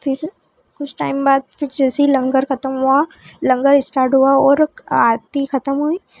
फ़िर कुछ टाइम बाद फ़िर जैसे ही लंगर ख़त्म हुआ लंगर स्टार्ट हुआ और आरती ख़त्म हुई